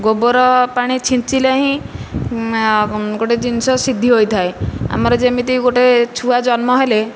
ଗୋବର ପାଣି ଛିଞ୍ଚିଲେ ହିଁ ଗୋଟିଏ ଜିନିଷ ସିଦ୍ଧି ହୋଇଥାଏ ଆମର ଯେମିତି ଗୋଟିଏ ଛୁଆ ଜନ୍ମ ହେଲେ